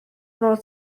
fod